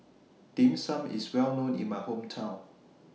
Dim Sum IS Well known in My Hometown